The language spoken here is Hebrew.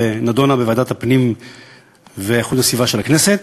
נדונה בוועדת הפנים והגנת הסביבה של הכנסת